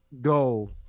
go